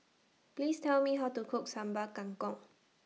Please Tell Me How to Cook Sambal Kangkong